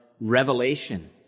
Revelation